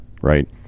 right